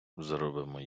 зробимо